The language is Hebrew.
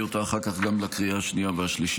אותה אחר כך גם לקריאה השנייה והשלישית.